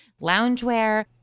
loungewear